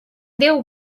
déu